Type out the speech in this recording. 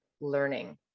learning